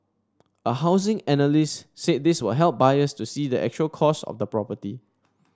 a housing analyst said this will help buyers to see the actual cost of the property